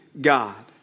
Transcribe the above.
God